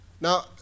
Now